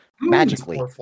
magically